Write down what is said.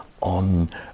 on